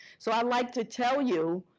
so i like to tell you